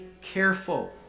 careful